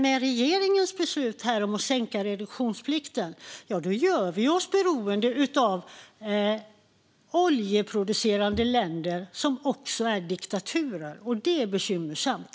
Med regeringens beslut om att sänka reduktionsplikten gör vi oss beroende av oljeproducerande länder som också är diktaturer. Det är bekymmersamt.